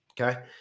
Okay